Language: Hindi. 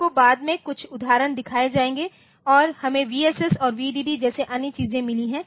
आपको बाद में कुछ उदाहरण दिखाए जायेंगे और हमें VSS और VDD जैसी अन्य चीजें मिली हैं